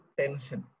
tension